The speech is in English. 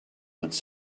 wants